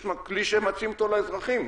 יש כלי שמציעים לאזרחים,